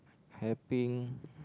helping